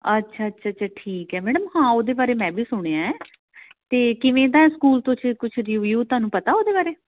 ਅੱਛਾ ਅੱਛਾ ਅੱਛਾ ਠੀਕ ਹੈ ਮੈਡਮ ਹਾਂ ਉਹਦੇ ਬਾਰੇ ਮੈਂ ਵੀ ਸੁਣਿਆ ਅਤੇ ਕਿਵੇਂ ਦਾ ਸਕੂਲ ਕੁਛ ਕੁਝ ਰਿਵਿਊ ਤੁਹਾਨੂੰ ਪਤਾ ਉਹਦੇ ਬਾਰੇ